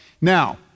Now